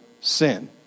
sin